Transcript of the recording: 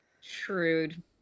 Shrewd